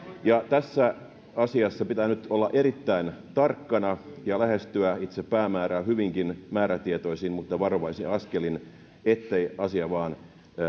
tässä asiassa pitää nyt olla erittäin tarkkana ja lähestyä itse päämäärää hyvinkin määrätietoisin mutta varovaisin askelin ettei asia vain